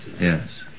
Yes